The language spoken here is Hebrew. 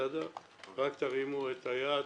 רק תרימו את היד,